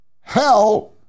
hell